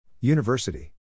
University